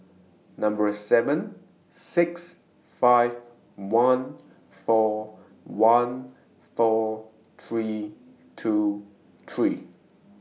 seven six five one four one four three two three